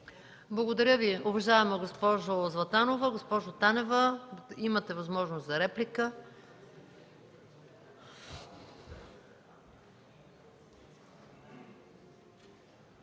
Благодаря Ви, уважаема госпожо Златанова. Госпожо Танева, имате възможност за реплика.